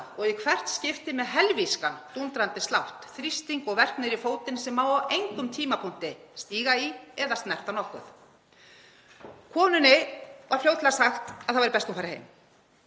og í hvert skipti með helvískan dúndrandi slátt, þrýsting og verk niður fótinn sem má á engum tímapunkti stíga í eða snerta nokkuð. Konunni var fljótlega sagt að það væri best að hún færi heim.